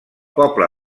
poble